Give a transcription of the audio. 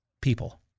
people